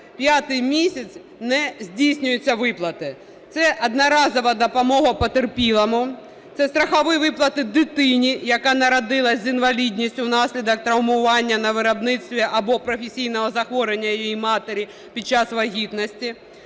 п'ятий місяць не здійснюються виплати: це одноразова допомога потерпілому, це страхові виплати дитині, яка народилась з інвалідністю внаслідок травмування на виробництві або професійного захворювання її матері під час вагітності,